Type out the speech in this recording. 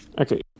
Okay